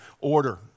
order